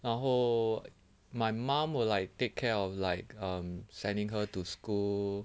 然后 my mum will like take care of like um sending her to school